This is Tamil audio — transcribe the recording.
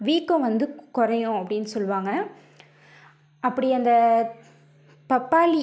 வீக்கம் வந்து கொறையும் அப்டின்னு சொல்வாங்க அப்படி அந்த பப்பாளி